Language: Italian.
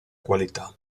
qualità